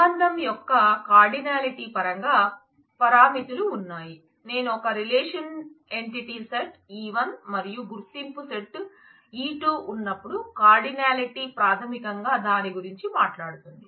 సంబంధం యొక్క కార్డినలిటీ పరంగా పరిమితులు ఉన్నాయి నేను ఒక రిలేషన్ ఎంటిటీ సెట్ E1 మరియు గుర్తింపు సెట్ E2 ఉన్నప్పుడు కార్డినాలిటీ ప్రాథమికంగా దాని గురించి మాట్లాడుతుంది